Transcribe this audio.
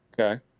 Okay